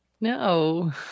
No